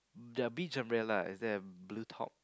the beach umbrella is there a blue top